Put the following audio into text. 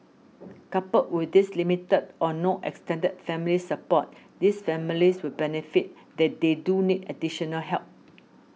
coupled with this limited or no extended family support these families would benefit that they do need additional help